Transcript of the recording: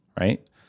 Right